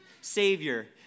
Savior